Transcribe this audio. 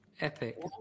epic